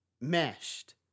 meshed